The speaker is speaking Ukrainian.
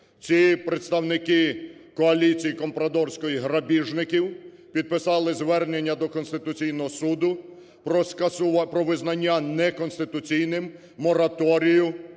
Ці представники коаліції компрадорської, грабіжників підписали звернення до Конституційного Суду про визнання неконституційним мораторію,